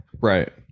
Right